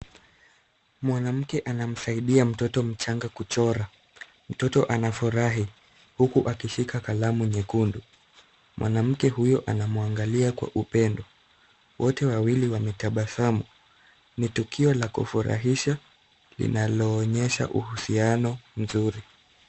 Mwanamke anamsaidia mtoto mchanga kuchora. Mtoto anafurahi uku akishika kalamu nyekundu. Mwanamke huyu anamwangalia kwa upendo, wote wawili wametabasamu. Ni tukio la kufurahisha linaloonyesha uhusiano mzuri.